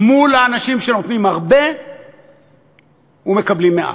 מול האנשים שנותנים הרבה ומקבלים מעט.